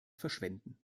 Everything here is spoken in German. verschwenden